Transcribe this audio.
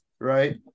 right